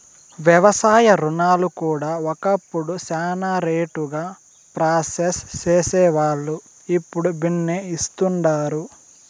వ్యవసాయ రుణాలు కూడా ఒకప్పుడు శానా లేటుగా ప్రాసెస్ సేసేవాల్లు, ఇప్పుడు బిన్నే ఇస్తుండారు